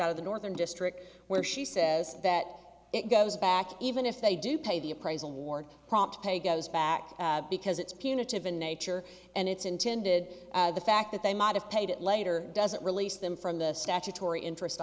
out of the northern district where she says that it goes back even if they do pay the appraisal ward prompt pay goes back because it's punitive in nature and it's intended the fact that they might have paid it later doesn't release them from the statutory interest